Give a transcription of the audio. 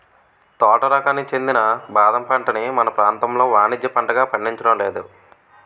తోట రకానికి చెందిన బాదం పంటని మన ప్రాంతంలో వానిజ్య పంటగా పండించడం లేదు